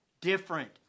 different